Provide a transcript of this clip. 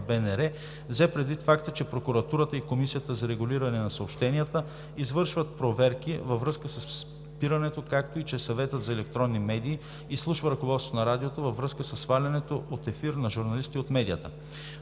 радио, взе предвид факта, че Прокуратурата и Комисията за регулиране на съобщенията извършват проверки във връзка със спирането, както и че Съветът за електронни медии изслуша ръководството на радиото във връзка със свалянето от ефир на журналист от медията.